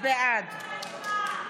בעד